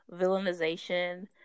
villainization